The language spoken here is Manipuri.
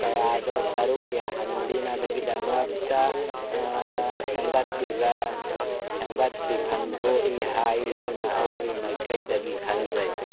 ꯀꯌꯥꯗ ꯁꯔꯨꯛ ꯌꯥꯍꯟꯕꯤꯅꯕꯒꯤꯗꯃꯛꯇ ꯁꯦꯝꯒꯠꯄꯤꯕ ꯁꯦꯝꯒꯠꯄꯤꯐꯝ ꯊꯣꯛꯏ ꯍꯥꯏꯗꯨꯅ ꯑꯩꯒꯤ ꯃꯥꯏꯀꯩꯗꯒꯤ ꯈꯟꯖꯩ